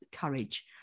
courage